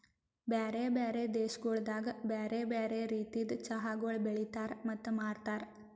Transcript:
ಬ್ಯಾರೆ ಬ್ಯಾರೆ ದೇಶಗೊಳ್ದಾಗ್ ಬ್ಯಾರೆ ಬ್ಯಾರೆ ರೀತಿದ್ ಚಹಾಗೊಳ್ ಬೆಳಿತಾರ್ ಮತ್ತ ಮಾರ್ತಾರ್